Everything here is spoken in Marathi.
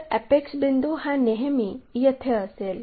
तर अॅपेक्स बिंदू हा नेहमी येथे असेल